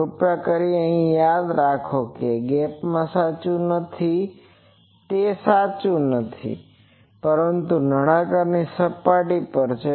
કૃપા કરીને અહીં યાદ રાખો કે તે ગેપમાં સાચું નથી તે સાચું નથી પરંતુ નળાકાર સપાટી પર છે